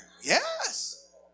Yes